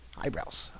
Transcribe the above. Eyebrows